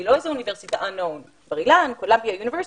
לא אוניברסיטה לא מוכרת,